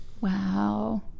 Wow